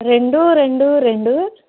రెండు రెండు రెండు